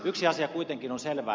yksi asia kuitenkin on selvä